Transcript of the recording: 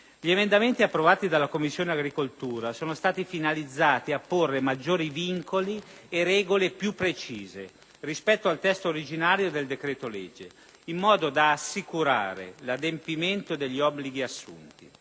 Gli emendamenti approvati dalla Commissione agricoltura sono stati finalizzati a porre maggiori vincoli e regole più precise, rispetto al testo originario del decreto-legge, in modo da assicurare l'adempimento degli obblighi assunti.